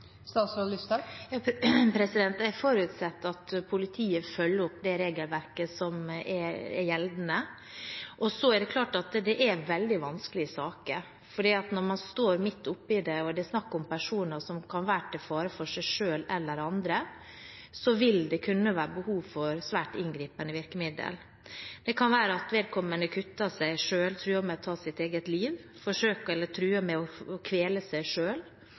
Jeg forutsetter at politiet følger opp det regelverket som er gjeldende. Så er det klart at det er veldig vanskelige saker. Når man står midt oppe i det og det er snakk om personer som kan være til fare for seg selv eller andre, vil det kunne være behov for svært inngripende virkemidler. Det kan være at vedkommende kutter seg selv, truer med å ta sitt eget liv, eller forsøker – eller truer med – å kvele seg